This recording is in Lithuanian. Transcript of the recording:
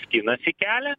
skinasi kelią